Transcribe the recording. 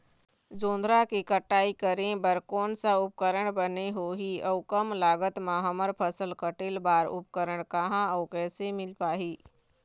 जोंधरा के कटाई करें बर कोन सा उपकरण बने होही अऊ कम लागत मा हमर फसल कटेल बार उपकरण कहा अउ कैसे मील पाही?